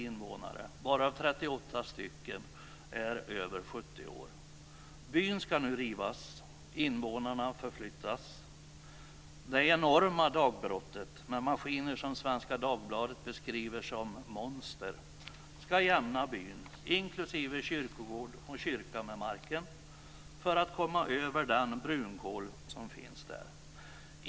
invånare, varav 38 är över 70 år. Byn ska nu rivas och invånarna förflyttas. Vid det enorma dagbrottet finns maskiner som Svenska Dagbladet beskriver som monster. De ska jämna byn inklusive kyrkogård och kyrka med marken för att man ska komma över den brunkol som finns där.